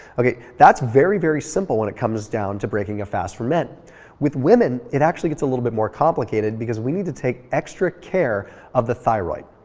okay that's very, very simple when it comes down to breaking a fast for men with women, it actually gets a little bit more complicated because we need to take extra care of the thyroid.